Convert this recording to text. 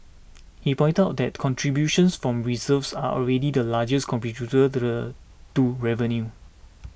he pointed out that contributions from reserves are already the largest to the to revenues